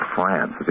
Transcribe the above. France